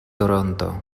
toronto